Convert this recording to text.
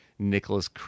Nicholas